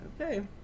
Okay